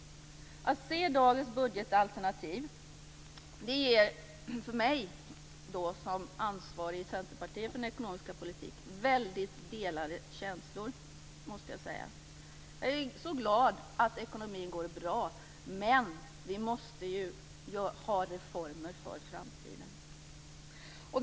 Att se dagens budgetalternativ ger för mig, som ansvarig i Centerpartiet för den ekonomiska politiken, väldigt delade känslor, måste jag säga. Jag är också glad att ekonomin går bra, men vi måste ju ha reformer för framtiden.